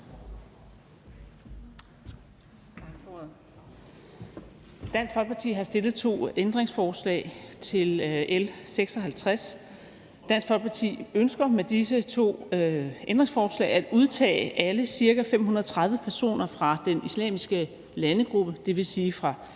Dansk Folkeparti har stillet to ændringsforslag til L 56. Dansk Folkeparti ønsker med disse to ændringsforslag at udtage alle cirka 530 personer fra den islamiske landegruppe, dvs. fra